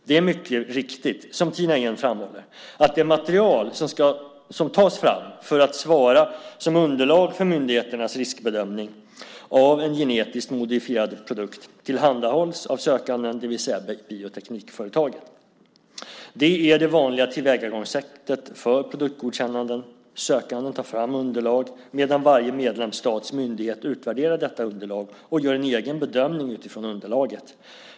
Det är mycket riktigt som Tina Ehn framhåller, att det material som tas fram för att svara som underlag för myndigheternas riskbedömning av en genetiskt modifierad produkt tillhandahålls av sökanden, det vill säga bioteknikföretaget. Det är det vanliga tillvägagångssättet för produktgodkännanden: Sökanden tar fram underlag, medan varje medlemsstats myndighet utvärderar detta underlag och gör en egen bedömning utifrån underlaget.